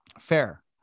fair